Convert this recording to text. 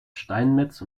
steinmetz